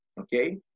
okay